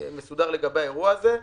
מסודר לגבי האירוע הזה.